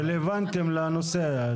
המשרדים הרלוונטיים לנושא.